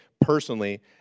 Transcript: personally